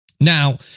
Now